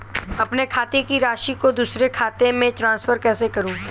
अपने खाते की राशि को दूसरे के खाते में ट्रांसफर कैसे करूँ?